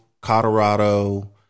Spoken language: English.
Colorado